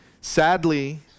Sadly